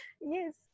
Yes